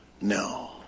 No